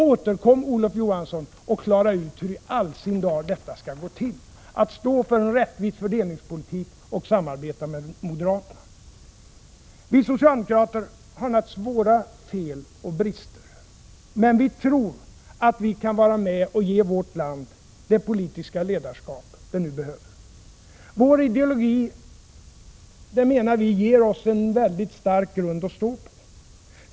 Återkom, Olof Johansson, och klara ut hur i all sin dar detta skall gå till — att stå för en rättvis fördelningspolitik och samtidigt samarbeta med moderaterna! Vi socialdemokrater har våra fel och brister, men vi tror att vi kan vara med och ge vårt land det politiska ledarskap som nu behövs. Vår ideologi, menar vi, ger oss en väldigt stark grund att stå på.